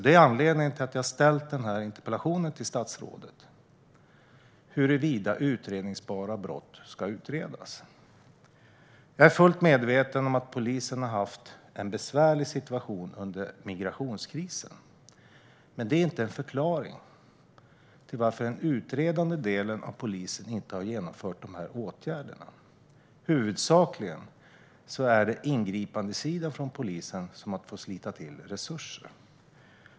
Det är anledningen till att jag har ställt den här interpellationen till statsrådet om huruvida utredningsbara brott ska utredas. Jag är fullt medveten om att polisen har haft en besvärlig situation under migrationskrisen. Men det är inte en förklaring till varför den utredande delen av polisen inte har vidtagit de här åtgärderna. Huvudsakligen är det ju ingripandesidan inom polisen som har fått sätta till resurser.